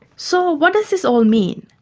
so what does this all mean?